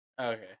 Okay